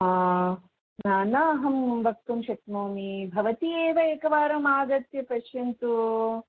न अहं वक्तुं शक्नोमि भवति एव एकवारम् आगत्य पश्यन्तु